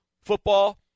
football